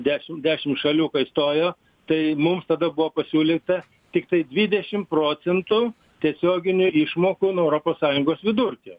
dešim dešim šalių kai stojo tai mums tada buvo pasiūlyta tiktai dvidešim procentų tiesioginių išmokų nuo europos sąjungos vidurkio